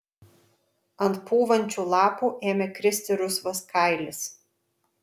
ant pūvančių lapų ėmė kristi rusvas kailis